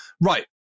right